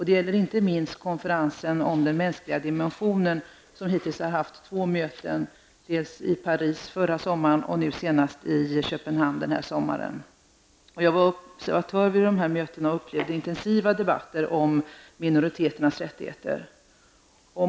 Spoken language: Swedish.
Det gäller inte minst Konferensen om den mänskliga dimensionen som hittills har haft två möten -- i Paris 1989 och nu senast i Köpenhamn denna sommar. Jag var observatör vid dessa möten och upplevde intensiva debatter om minoriteters rättigheter.